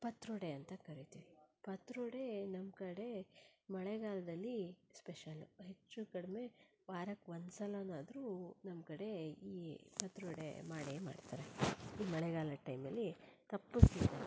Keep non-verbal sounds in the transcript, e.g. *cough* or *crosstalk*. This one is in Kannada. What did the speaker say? ಪತ್ರೊಡೆ ಅಂತ ಕರಿತೀವಿ ಪತ್ರೊಡೆ ನಮ್ಮ ಕಡೆ ಮಳೆಗಾಲದಲ್ಲಿ ಸ್ಪೆಷಲ್ಲು ಹೆಚ್ಚು ಕಡಿಮೆ ವಾರಕ್ಕೆ ಒಂದು ಸಲನಾದರೂ ನಮ್ಮ ಕಡೆ ಈ ಪತ್ರೊಡೆ ಮಾಡೇ ಮಾಡ್ತಾರೆ ಈ ಮಳೆಗಾಲದ ಟೈಮಲ್ಲಿ *unintelligible*